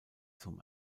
zum